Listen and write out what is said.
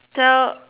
tell